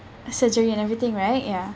surgery and everything right ya